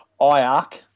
IARC